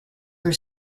are